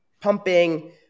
pumping